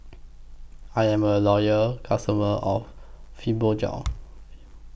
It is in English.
I Am A Loyal customer of Fibogel